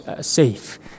safe